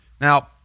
Now